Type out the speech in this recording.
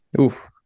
Oof